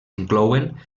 inclouen